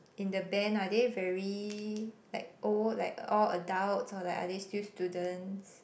in the band are they very like old like all adults or like are they still students